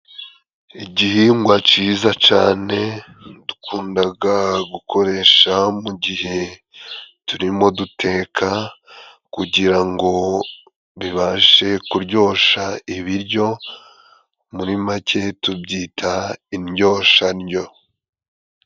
Igihingwa ciza cane dukundaga gukoresha, mu gihe turimo duteka kugira ngo bibashe kuryosha ibiryo, muri make tubyita indyoshandyo.